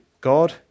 God